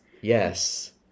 Yes